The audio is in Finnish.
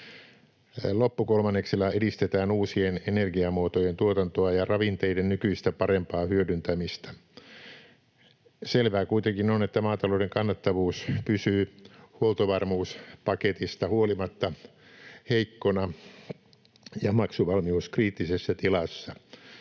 Loppukolmanneksella edistetään uusien energiamuotojen tuotantoa ja ravinteiden nykyistä parempaa hyödyntämistä. Selvää kuitenkin on, että maatalouden kannattavuus pysyy huoltovarmuuspaketista huolimatta heikkona ja maksuvalmius kriittisessä tilassa.